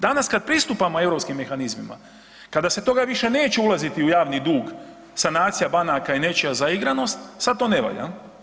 Danas kad pristupamo europskim mehanizmima, kada se stoga više neće ulaziti u javni dug, sanacija banaka i nečija zaigranost, sad to ne valja.